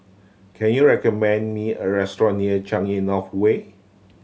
can you recommend me a restaurant near Changi North Way